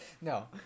No